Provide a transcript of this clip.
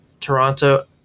Toronto